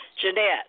Jeanette